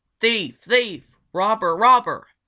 thief! thief! robber! robber!